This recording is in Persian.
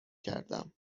کردم